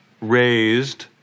raised